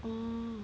mm